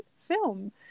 film